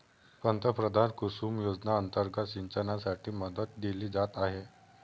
पंतप्रधान कुसुम योजना अंतर्गत सिंचनासाठी मदत दिली जात आहे